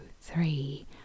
three